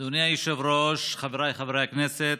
אדוני היושב-ראש, חבריי חברי הכנסת,